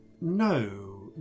No